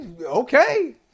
Okay